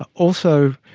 ah also